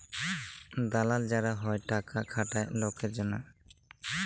দালাল যারা হ্যয় টাকা খাটায় লকের জনহে